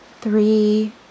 three